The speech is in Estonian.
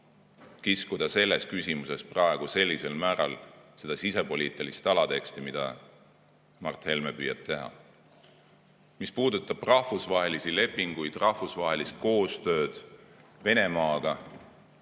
kiskuda selles küsimuses praegu sellisel määral üles sisepoliitilist alateksti, nagu Mart Helme püüab teha. Mis puudutab rahvusvahelisi lepinguid, rahvusvahelist koostööd Venemaaga,